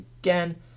again